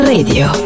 Radio